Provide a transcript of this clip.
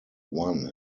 one